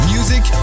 Music